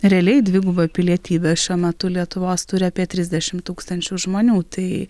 realiai dvigubą pilietybę šiuo metu lietuvos turi apie trisdešimt tūkstančių žmonių tai